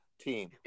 team